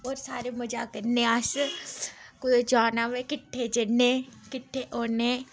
होर सारे मज़ाक करने अस कुदै जाना होवै सारे किट्ठे जन्ने किट्ठे औन्ने